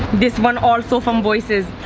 this one also from voices.